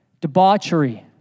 debauchery